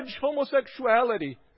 homosexuality